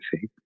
see